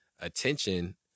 attention